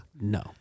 No